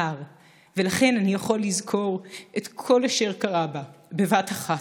הר./ ולכן אני יכול לזכור את כל אשר קרה בה / בבת אחת,